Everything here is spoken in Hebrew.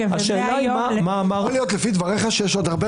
השאלה --- יכול להיות לפי דבריך שיש עוד הרבה